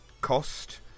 Cost